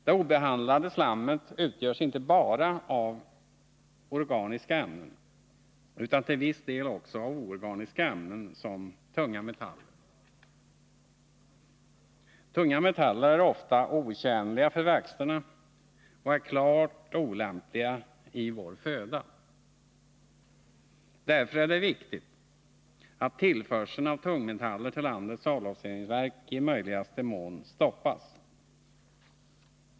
Det obehandlade slammet utgörs inte bara av organiska ämnen utan till viss del också av oorganiska ämnen som tunga metaller. Tunga metaller är ofta otjänliga för växterna och är klart olämpliga i vår föda. Därför är det viktigt att tillförseln av tungmetaller till landets avloppsreningsverk i möjligaste mån stoppas.